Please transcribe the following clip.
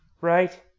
right